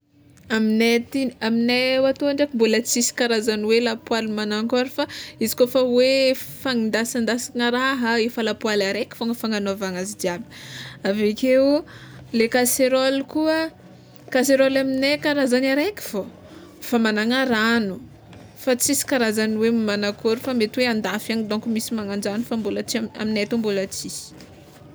Amignay aty, amignay atô ndraiky mbola tsisy karazagny hoe lapoaly manankôry fa izy kôfa hoe fagnindansandasana raha, efa lapoaly araiky fôgna fagnanaovana azy jiaby, aveo akeo, le kaseraoly koa, kaseraoly amignay karazagny araiky fô famanana ragno, fa tsisy karazany hoe manankôry fa mety hoe an-dafy any dônko misy magnanzay fa mbola tsy a- aminay tô mbola tsisy.